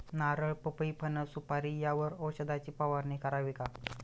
नारळ, पपई, फणस, सुपारी यावर औषधाची फवारणी करावी का?